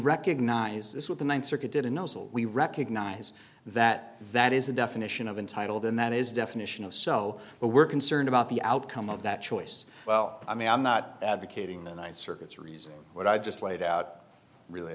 recognize this what the th circuit did and we recognize that that is the definition of entitled and that is the definition of so but we're concerned about the outcome of that choice well i mean i'm not advocating the th circuit's reason what i just laid out really